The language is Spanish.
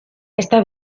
esta